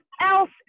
else